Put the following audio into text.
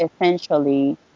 essentially